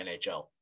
NHL